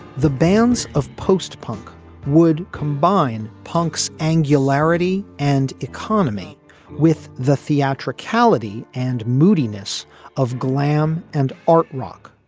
the bands of post punk would combine punks anger alacrity and economy with the theatricality and moodiness of glam and art rock.